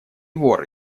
вор